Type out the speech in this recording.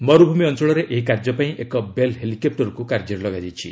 ମରୁଭୂମି ଅଞ୍ଚଳରେ ଏହି କାର୍ଯ୍ୟ ପାଇଁ ଏକ ବେଲ୍ ହେଲିକପୁରକୁ କାର୍ଯ୍ୟରେ ଲଗାଯାଇଛି